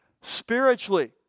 Spiritually